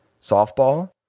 Softball